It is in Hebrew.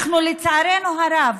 לצערנו הרב,